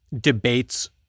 debates